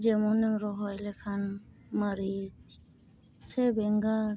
ᱡᱮᱢᱚᱱᱮᱢ ᱨᱚᱦᱚᱭ ᱞᱮᱠᱷᱟᱱ ᱢᱟᱹᱨᱤᱪ ᱥᱮ ᱵᱮᱸᱜᱟᱲ